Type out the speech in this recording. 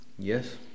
Yes